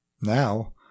Now